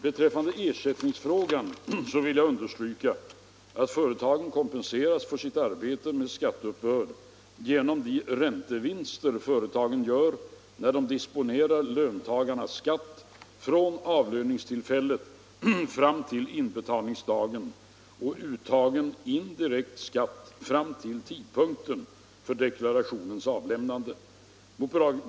Beträffande ersättningsfrågan vill jag understryka att företagen kompenseras för sitt arbete med skatteuppbörd genom de räntevinster företagen gör när de disponerar löntagarnas skatt från avlöningstillfället fram till inbetalningsdagen och uttagen indirekt skatt fram till tidpunkten för deklarations avlämnande.